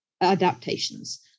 adaptations